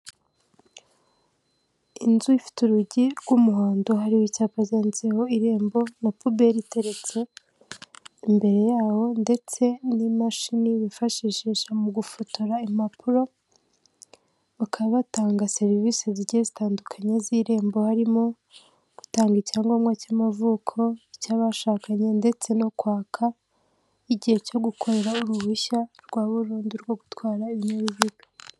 Inzu ifite urugi rw'umuhondo hariho icyapa cyanditseho irembo na puberi iteretse imbere yaho ndetse n'imashini bifashishisha mu gufotora impapuro. Bakaba batanga serivisi zigiye zitandukanye z'irembo harimo gutanga icyangombwa cy'amavuko, icy'abashakanye ndetse no kwaka igihe cyo gukorera uruhushya rwa burundu rwo gutwara ibinyabiziga.